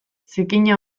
zikina